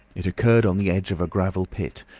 it occurred on the edge of a gravel pit,